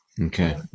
Okay